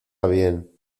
bien